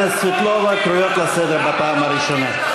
הכנסת סבטלובה קרויות לסדר פעם ראשונה.